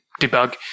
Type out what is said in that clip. debug